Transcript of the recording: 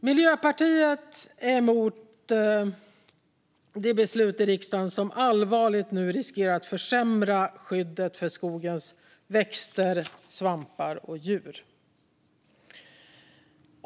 Miljöpartiet är emot det beslut i riksdagen som allvarligt riskerar att försämra skyddet för skogens växter, svampar och djur.